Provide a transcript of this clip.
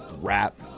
rap